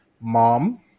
Mom